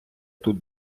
тут